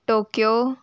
Tokyo